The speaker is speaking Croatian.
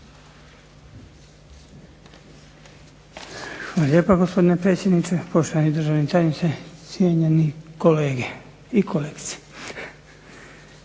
Hvala lijepa, gospodine predsjedniče. Poštovani državni tajniče, cijenjeni kolege i kolegice.